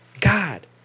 God